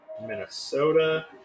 Minnesota